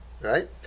right